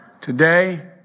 Today